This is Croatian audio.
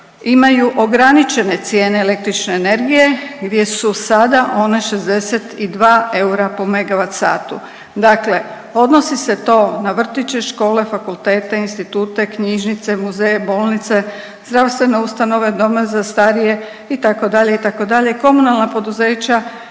imaju ograničene cijene električne energije gdje su sada one 62 eura po megavatsatu. Dakle odnosi se to na vrtiće, škole, fakultete, institute, knjižnice, muzeje, bolnice, zdravstvene ustanove, doma za starije, itd., itd., komunalna poduzeća,